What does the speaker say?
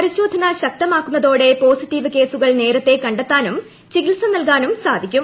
പ്പ്രിശോധന ശക് തമാക്കുന്നതോടെ പോസിറ്റീവ് കേസുകൾ നേരത്തേ കണ്ടെത്താനും ചികിത്സ നൽകാനും സാധിക്കും